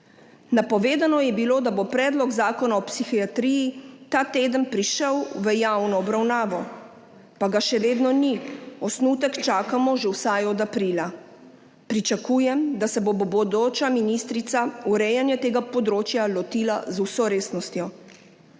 Napovedano je bilo da bo predlog zakona o psihiatriji ta teden prišel v javno obravnavo, **6. TRAK: (NB) – 13.25** (nadaljevanje) pa ga še vedno ni. Osnutek čakamo že vsaj od aprila. Pričakujem, da se bo bodoča ministrica urejanja tega področja lotila z vso resnostjo.